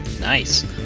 nice